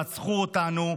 רצחו אותנו,